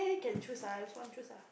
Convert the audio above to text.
eh can choose ah I also want choose ah